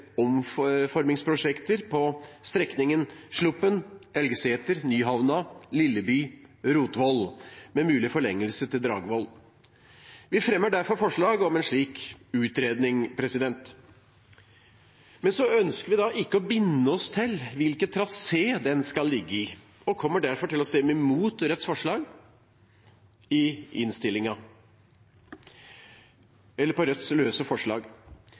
omformingsprosjekter på strekningen Sluppen–Elgeseter–Nyhavna–Lilleby–Rotvoll, med mulig forlengelse til Dragvoll. Vi fremmer derfor forslag om en slik utredning. Men vi ønsker ikke å binde oss til hvilken trasé den skal ligge i, og kommer derfor til å stemme imot Rødts løse forslag.